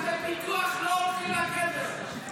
לא, כספי פיתוח לא הולכים לקבר.